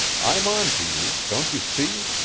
i'm onto you don't you see?